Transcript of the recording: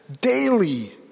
daily